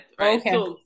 Okay